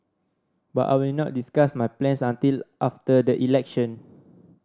but I will not discuss my plans until after the election